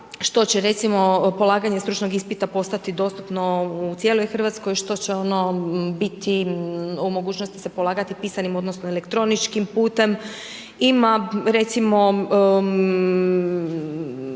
što će recimo polaganje stručnog ispita postati dostupno u cijeloj Hrvatskoj, što će ono biti u mogućnosti pisanim odnosno elektroničkim putem, ima recimo